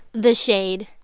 the shade